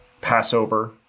Passover